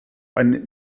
eine